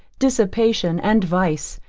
dissipation, and vice,